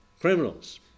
Criminals